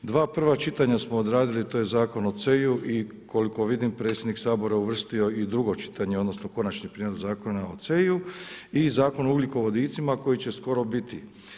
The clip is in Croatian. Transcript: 2 prva čitanja smo odradili, to je Zakon o CEI-u i koliko vidim predsjednik Sabora uvrstio i drugo čitanje, odnosno, Konačni prijedlog Zakona o CEI-u i Zakon o ugljikovodicima, koji će skoro biti.